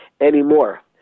anymore